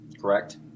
correct